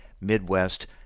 Midwest